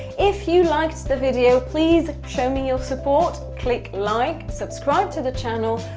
if you liked the video, please show me your support. click like, subscribe to the channel,